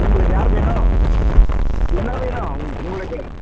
உங்களுக்கு யார் வேணும் என்ன வேணும் உங்க உங்களுக்கு